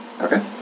Okay